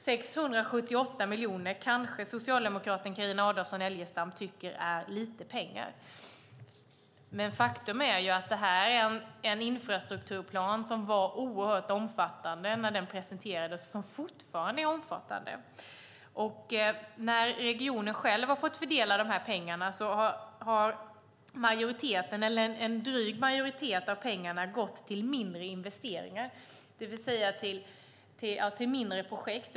678 miljoner kronor kanske socialdemokraten Carina Adolfsson Elgestam tycker är lite pengar. Men faktum är att detta är en infrastrukturplan som var oerhört omfattande när den presenterades och som fortfarande är omfattande. När regionen själv fått fördela pengarna har en dryg majoritet gått till mindre investeringar, det vill säga till mindre projekt.